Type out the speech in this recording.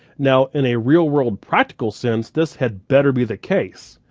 now, in a real world practical sense, this had better be the case,